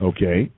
Okay